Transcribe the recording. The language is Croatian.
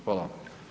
Hvala vam.